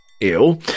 Ew